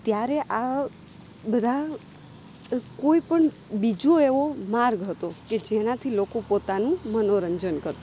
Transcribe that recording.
ત્યારે આ બધા કોઈ પણ બીજો એવો માર્ગ હતો કે જેનાથી લોકો પોતાનું મનોરંજન કરતાં